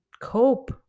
cope